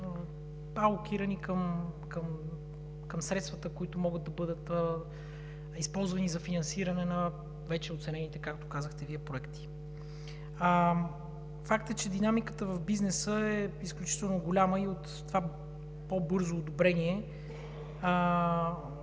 алокирани към средствата, които могат да бъдат използвани за финансиране на вече оценените, както казахте Вие, проекти. Факт е, че динамиката в бизнеса е изключително голяма и от това по-бързо одобрение